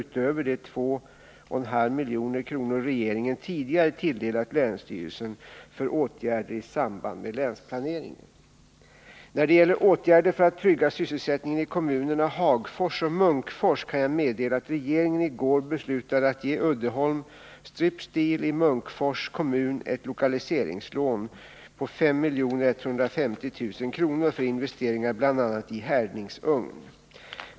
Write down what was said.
utöver de 2 500 000 kr. regeringen tidigare tilldelat länsstyrelsen för åtgärder i samband med länsplaneringen. att trygga sysselsättningen i Hagfors och Munkfors När det gäller åtgärder för att trygga sysselsättningen i kommunerna Hagfors och Munkfors kan jag meddela att regeringen i går beslutade att ge Uddeholm Strip Steel i Munkfors kommun ett lokaliseringslån på 5 150 000 kr. för investeringar, bl.a. i en härdningsugn.